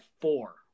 four